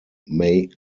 may